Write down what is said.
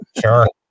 Sure